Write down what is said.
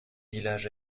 village